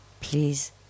Please